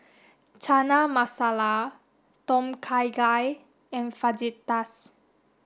Chana Masala Tom Kha Gai and Fajitas